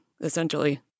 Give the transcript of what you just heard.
essentially